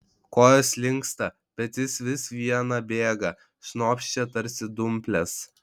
kojos linksta bet jis vis viena bėga šnopščia tarsi dumplės